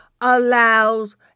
allows